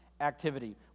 Activity